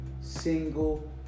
single